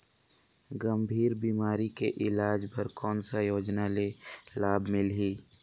गंभीर बीमारी के इलाज बर कौन सा योजना ले लाभ मिलही?